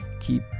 keep